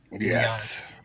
Yes